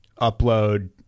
upload